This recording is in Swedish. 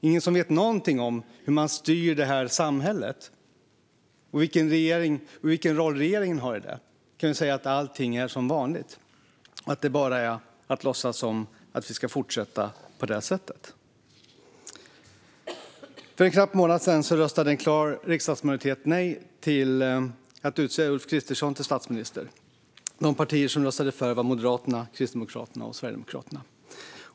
Ingen som vet någonting om hur man styr detta samhälle och vilken roll regeringen har i det kan säga att allting är som vanligt och att det bara är att låtsas som att vi ska fortsätta på det sättet. För en knapp månad sedan röstade en klar riksdagsmajoritet nej till att utse Ulf Kristersson till statsminister. De partier som röstade för var Moderaterna, Kristdemokraterna och Sverigedemokraterna.